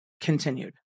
continued